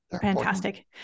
fantastic